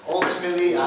Ultimately